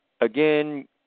again